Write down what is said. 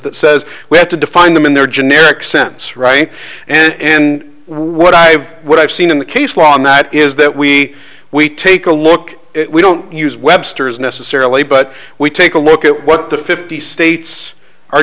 that says we have to define them in their generic sense right and in what i've what i've seen in the case law and that is that we we take a look at we don't use webster's necessarily but we take a look at what the fifty states are